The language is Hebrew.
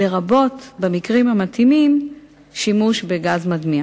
לרבות שימוש בגז מדמיע